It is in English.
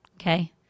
Okay